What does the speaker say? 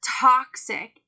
toxic